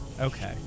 Okay